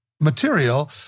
material